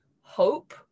hope